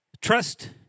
Trust